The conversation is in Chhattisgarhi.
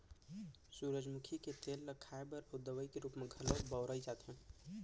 सूरजमुखी के तेल ल खाए बर अउ दवइ के रूप म घलौ बउरे जाथे